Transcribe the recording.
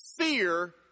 fear